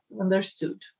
understood